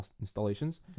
installations